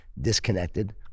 disconnected